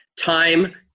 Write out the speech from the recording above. time